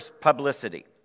publicity